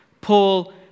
Paul